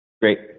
Great